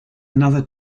another